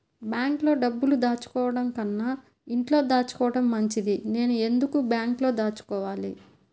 బ్యాంక్లో డబ్బులు దాచుకోవటంకన్నా ఇంట్లో దాచుకోవటం మంచిది నేను ఎందుకు బ్యాంక్లో దాచుకోవాలి?